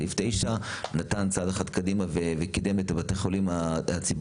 סעיף 9 נתן צעד אחד קדימה וקידם את בתי החולים הציבוריים,